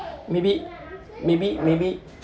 maybe maybe maybe